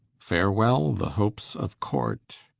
farewell the hopes of court,